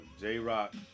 J-Rock